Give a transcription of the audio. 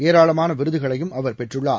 ஏராளமானவிருதுகளையும் அவர் பெற்றுள்ளார்